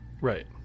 right